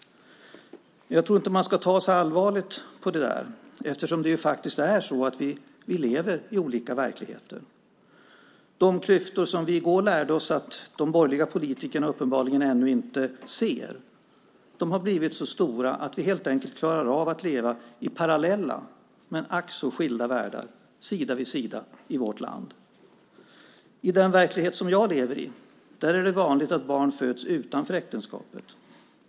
Jag tror inte att man ska ta så allvarligt på det eftersom vi faktiskt lever i olika verkligheter. I går lärde vi oss att de klyftor som de borgerliga politikerna uppenbarligen ännu inte ser har blivit så stora att vi helt enkelt klarar av att leva i parallella men ack så skilda världar, sida vid sida, i vårt land. I den verklighet som jag lever i är det vanligt att barn föds utanför äktenskapet.